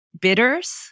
bitters